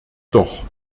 doch